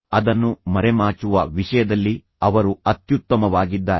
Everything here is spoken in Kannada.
ಅದನ್ನು ಮರೆಮಾಚುವ ವಿಷಯದಲ್ಲಿ ಅವರು ಅತ್ಯುತ್ತಮವಾಗಿದ್ದಾರೆ